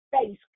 face